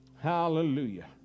Hallelujah